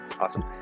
Awesome